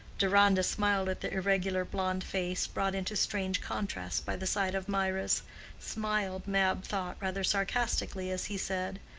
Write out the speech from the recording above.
deronda smiled at the irregular, blonde face, brought into strange contrast by the side of mirah's smiled, mab thought, rather sarcastically as he said,